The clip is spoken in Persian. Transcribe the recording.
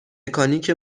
مکانیک